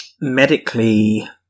medically